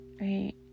right